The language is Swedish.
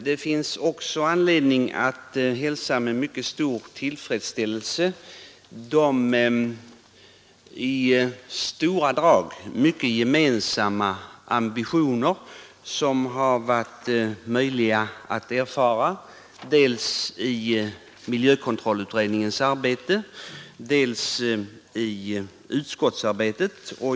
Det finns också anledning att med mycket stor tillfredsställelse hälsa de i stora drag gemensamma ambitioner som varit möjliga att erfara dels i miljökontrollutredningens arbete, dels i utskottsarbetet.